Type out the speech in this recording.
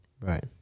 Right